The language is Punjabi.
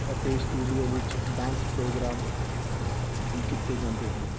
ਅਤੇ ਸਟੂਡੀਓ ਵਿੱਚ ਡਾਂਸ ਪ੍ਰੋਗਰਾਮ ਵੀ ਕੀਤੇ ਜਾਂਦੇ ਹਨ